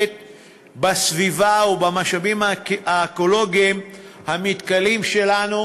בסביבה ובמשאבים האקולוגיים המתכלים שלנו.